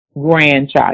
grandchild